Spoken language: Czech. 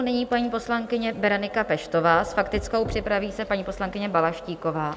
Nyní paní poslankyně Berenika Peštová s faktickou, připraví se paní poslankyně Balaštíková.